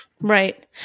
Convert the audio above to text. Right